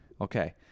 Okay